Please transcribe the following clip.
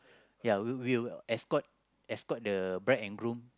ya we'll we'll escort escort the bride and groom